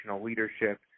leadership